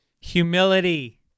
Humility